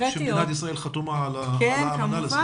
שמדינת ישראל חתומה על האמנה לזכויות הילד.